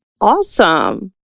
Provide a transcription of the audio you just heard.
awesome